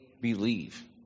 Believe